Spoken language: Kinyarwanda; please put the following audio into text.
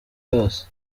yose